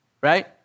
right